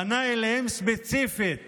פנה אליהם ספציפית